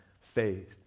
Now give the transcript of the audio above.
faith